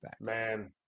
Man